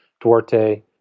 Duarte